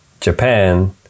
Japan